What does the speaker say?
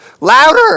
louder